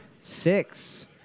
six